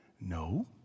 No